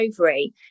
ovary